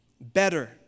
better